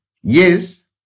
Yes